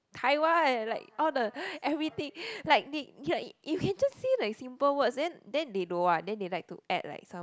Taiwan like all the everything like you like you can just say the simple words then then they don't want then they like to add like some